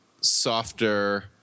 softer